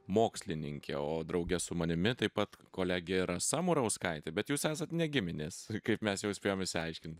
mokslininkė o drauge su manimi taip pat kolegė rasa murauskaitė bet jūs esat ne giminės kaip mes jau spėjom išsiaiškint